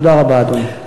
תודה רבה, אדוני.